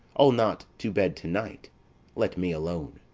i'll not to bed to-night let me alone.